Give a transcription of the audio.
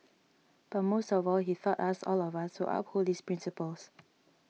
but most of all he taught us all of us to uphold these principles